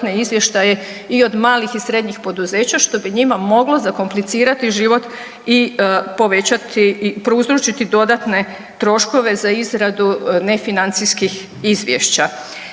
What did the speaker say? i od malih i srednjih poduzeća što bi njima moglo zakomplicirati život i povećati i prouzročiti dodatne troškove za izradu nefinancijskih izvješća.